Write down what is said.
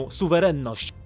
suwerenność